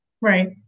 Right